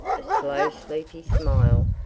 a slow sleepy smile,